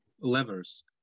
levers